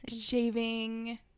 shaving